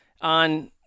on –